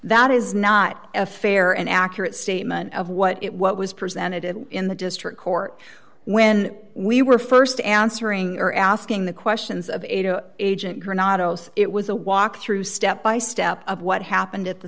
that is not a fair and accurate statement of what it what was presented in the district court when we were st answering or asking the questions of ada agent granados it was a walk through step by step of what happened at the